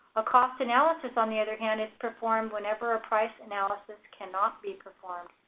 a cost analysis on the other hand is performed whenever a price analysis cannot be performed.